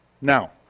Now